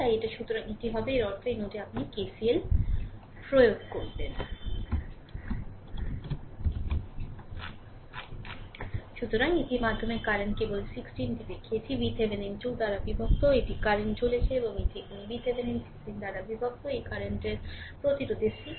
তাই এটা সুতরাং এটি হবে এর অর্থ এই নোডে আপনি KCL প্রয়োগ করেন সুতরাং এটির মাধ্যমে কারেন্ট কেবল 16 টি দেখেছি VThevenin 2 দ্বারা বিভক্ত এটি কারেন্ট চলছে এবং এখানে এটি VThevenin 6 দ্বারা বিভক্ত এই কারেন্ট প্রতিরোধের 6